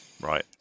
right